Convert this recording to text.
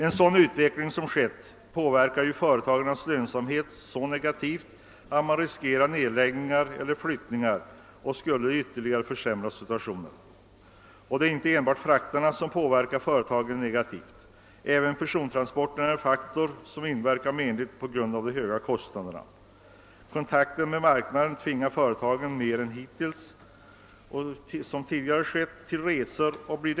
En sådan utveckling påverkar företagens lönsamhet så negativt, att risk för nedläggningar eller flyttningar uppstår, vilket ytterligare skulle försämra situationen. Det är inte enbart frakterna som påverkar företagen negativt. Även persontransporternas höga kostnadsläge är en faktor som inverker menligt. Det ökade behovet av kontakt med marknaden tvingar företagen att i större utsträckning än tidigare låta sin personal göra resor.